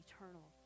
eternal